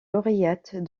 lauréate